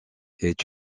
est